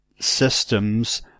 systems